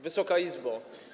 Wysoka Izbo!